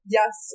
yes